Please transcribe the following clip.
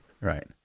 Right